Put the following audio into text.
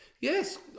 Yes